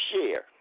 share